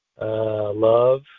Love